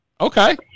Okay